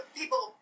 people